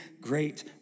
great